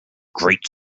great